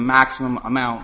maximum amount